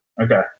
Okay